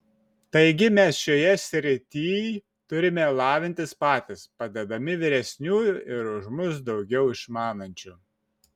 taigi mes šioje srityj turime lavintis patys padedami vyresniųjų ir už mus daugiau išmanančių